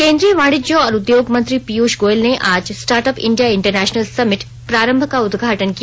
केंद्रीय वाणिज्य और उद्योग मंत्री पीयूष गोयल ने आज स्टार्टअप इंण्डिया इंटरनेशनल समिट प्रारम्भ का उदघाटन किया